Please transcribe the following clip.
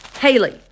Haley